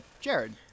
Jared